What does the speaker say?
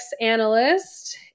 analyst